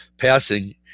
passing